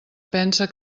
pense